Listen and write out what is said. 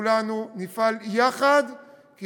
שכולנו נפעל יחד, כי